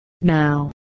Now